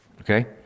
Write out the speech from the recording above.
Okay